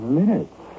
minutes